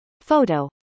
Photo